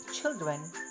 children